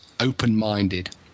open-minded